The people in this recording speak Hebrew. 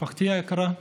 היקרה,